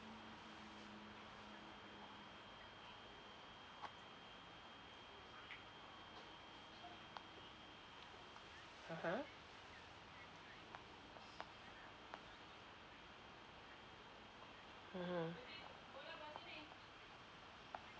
(uh huh) mmhmm